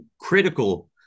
critical